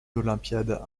olympiades